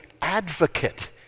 advocate